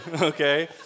Okay